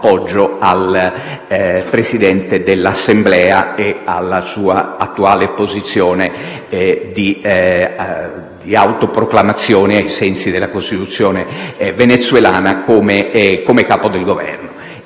appoggio al Presidente dell'Assemblea e alla sua attuale posizione di autoproclamazione, ai sensi della Costituzione venezuelana, come capo del Governo.